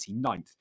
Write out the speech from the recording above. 29th